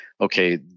okay